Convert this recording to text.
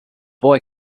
boy